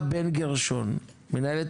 בלה בן גרשון, מנהלת